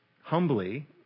humbly